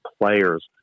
players